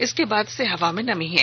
इसके बाद से हवा में नमी है